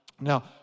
Now